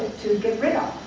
get rid of.